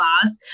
class